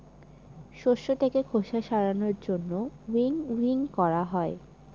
শস্য থাকে খোসা ছাড়ানোর জন্য উইনউইং করা হয়